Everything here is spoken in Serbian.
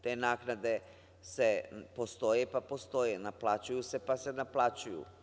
Te naknade postoje pa postoje, naplaćuju se pa se naplaćuju.